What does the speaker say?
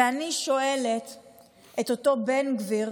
ואני שואלת את אותו בן גביר,